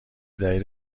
دلیل